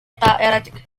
طائرتك